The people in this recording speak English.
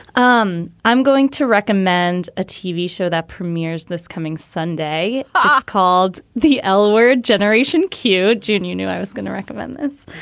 um i'm going to recommend a tv show that premieres this coming sunday. it's ah called the ah l-word generation. q jen, you knew i was going to recommend this.